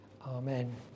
Amen